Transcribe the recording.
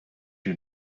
you